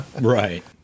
Right